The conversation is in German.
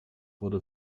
wurde